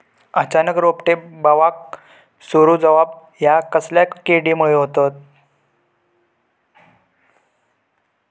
अचानक रोपटे बावाक सुरू जवाप हया कसल्या किडीमुळे जाता?